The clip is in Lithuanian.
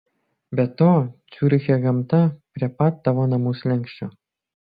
be to ciuriche gamta prie pat tavo namų slenksčio